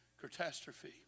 catastrophe